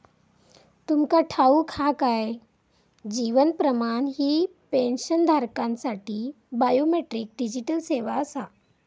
तुमका ठाऊक हा काय? जीवन प्रमाण ही पेन्शनधारकांसाठी बायोमेट्रिक डिजिटल सेवा आसा